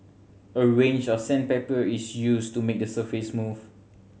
a range of sandpaper is used to make the surface smooth